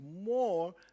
more